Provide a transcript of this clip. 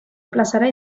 plazara